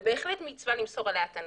זה בהחלט מצווה למסור עליה את הנפש.